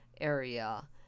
area